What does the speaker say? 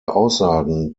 aussagen